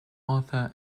author